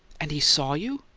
and he saw you?